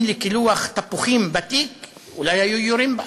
לקילוף תפוחים בתיק אולי היו יורים בה.